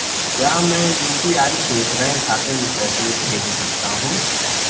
क्या मैं यु.पी.आई से बैंक खाते में पैसे भेज सकता हूँ?